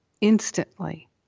instantly